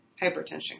hypertension